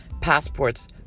passports